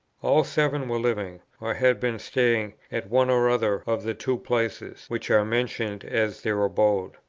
all seven were living, or had been staying, at one or other of the two places which are mentioned as their abode.